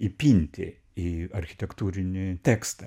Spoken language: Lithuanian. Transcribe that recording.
įpinti į architektūrinį tekstą